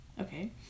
Okay